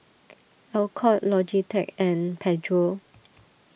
Alcott Logitech and Pedro